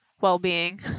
well-being